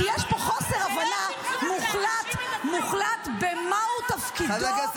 כי יש פה חוסר הבנה מוחלט -- זה לא זמזום,